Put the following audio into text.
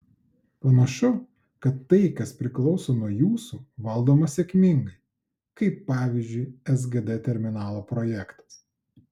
panašu kad tai kas priklauso nuo jūsų valdoma sėkmingai kaip pavyzdžiui sgd terminalo projektas